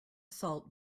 salt